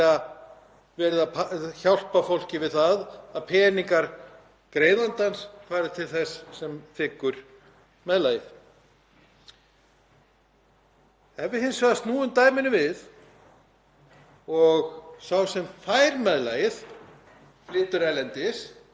Ef við hins vegar snúum dæminu við og sá sem fær meðlagið flytur erlendis en sá sem borgar meðlagið býr á Íslandi þá gildir allt í einu sú regla